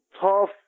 tough